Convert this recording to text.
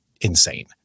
insane